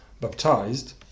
baptized